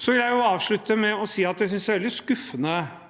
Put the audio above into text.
Jeg vil avslutte med å si at jeg synes det er veldig skuffende